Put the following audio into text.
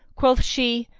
quoth she,